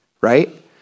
right